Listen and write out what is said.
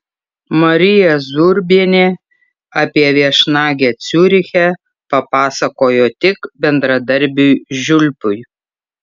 marija zurbienė apie viešnagę ciuriche papasakojo tik bendradarbiui žiulpiui